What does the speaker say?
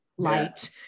light